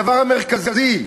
הדבר המרכזי,